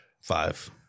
Five